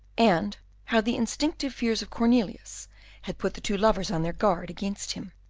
and how the instinctive fears of cornelius had put the two lovers on their guard against him.